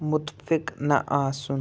مُتفِق نَہ آسُن